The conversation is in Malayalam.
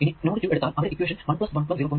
ഇനി നോഡ് 2 എടുത്താൽ അവിടെ ഇക്വേഷൻ 1 1 0